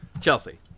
Chelsea